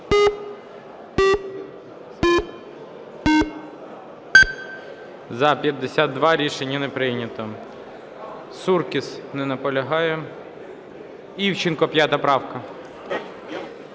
За-52 Рішення не прийнято. Суркіс. Не наполягає. Івченко, 5 правка.